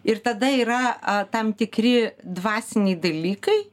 ir tada yra tam tikri dvasiniai dalykai